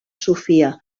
sofia